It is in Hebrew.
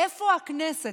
איפה הכנסת?